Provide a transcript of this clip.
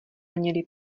měli